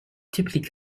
typically